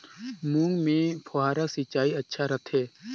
मूंग मे फव्वारा सिंचाई अच्छा रथे?